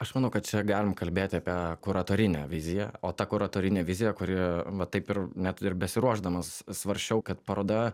aš manau kad čia galim kalbėti apie kuratorinę viziją o ta kuratorinė vizija kuri vat taip ir net ir besiruošdamas svarsčiau kad paroda